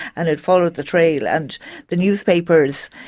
and it followed the trail. and the newspapers,